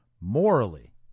morally